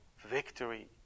victory